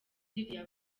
ririya